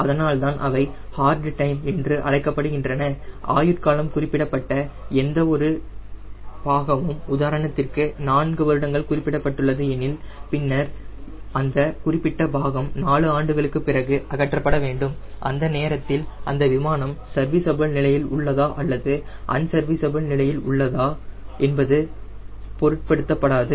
அதனால்தான் அவை hard time என்று அழைக்கப்படுகின்றன ஆயுட்காலம் குறிப்பிடப்பட்ட எந்த ஒரு பாகமும் உதாரணத்திற்கு 4 வருடங்கள் குறிப்பிடப்பட்டுள்ளது எனில் பின்னர் அந்த குறிப்பிட்ட பாகம் 4 ஆண்டுகளுக்குப் பிறகு அகற்றப்பட வேண்டும் அந்த நேரத்தில் அந்த பாகம் சர்வீஸபுள் நிலையில் உள்ளதா அல்லது அன்சர்வீசபுல் நிலையில் உள்ளதா பொருட்படுத்தப்படாது